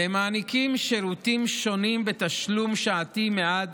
והם מעניקים שירותים שונים בתשלום שעתי מעט